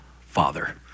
Father